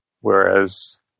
whereas